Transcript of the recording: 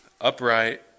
upright